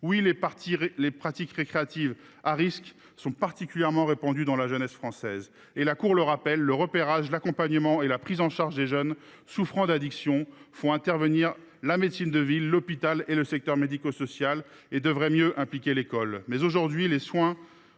Oui, les pratiques récréatives à risque sont particulièrement répandues dans la jeunesse française. La Cour le rappelle : le repérage, l’accompagnement et la prise en charge des jeunes souffrant d’addictions font déjà intervenir la médecine de ville, l’hôpital et le secteur médico social, tandis que l’école